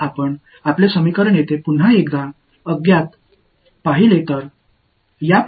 அறியப்படாத ஒரு முறை உங்கள் சமன்பாட்டை இங்கே பார்த்தால் இந்த விஷயத்தில் தெரியாதது